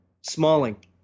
Smalling